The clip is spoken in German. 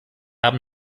haben